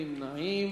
אין נמנעים.